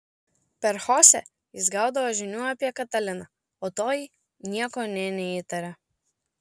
per chosę jis gaudavo žinių apie kataliną o toji nieko nė neįtarė